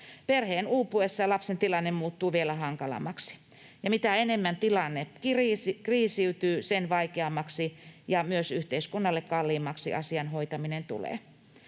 Perheen uupuessa lapsen tilanne muuttuu vielä hankalammaksi, ja mitä enemmän tilanne kriisiytyy, sen vaikeammaksi ja myös yhteiskunnalle kalliimmaksi asian hoitaminen tulee.